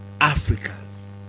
Africans